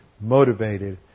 motivated